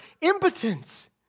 impotence